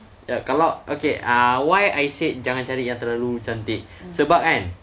kalau okay ah why I said jangan cari yang terlalu cantik sebab kan